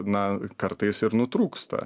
na kartais ir nutrūksta